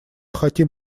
хотим